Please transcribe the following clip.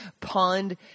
pond